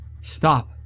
Stop